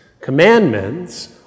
Commandments